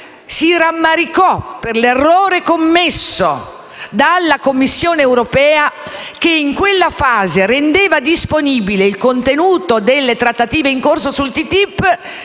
si rammaricò per l'errore commesso dalla Commissione europea, che in quella fase rendeva disponibile il contenuto dalle trattative in corso sul TTIP